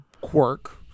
Quirk